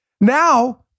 Now